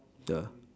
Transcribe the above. the